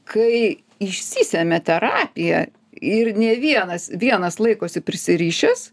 kai išsisemia terapija ir nė vienas vienas laikosi prisirišęs